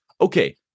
okay